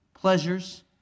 pleasures